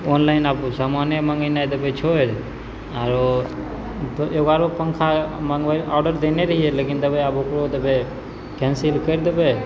online आब समाने मँगेनाइ देबय छोड़ि आरो एगो आरो पंखा मँगबेने ऑडर देने रहियै लेकिन देबय आब ओकरो देबय कैन्सिल करि देबय